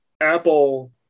Apple